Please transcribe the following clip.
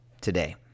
today